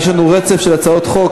יש רצף הצעות חוק,